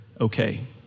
okay